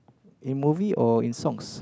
in movie or in songs